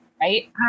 Right